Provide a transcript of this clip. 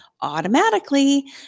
automatically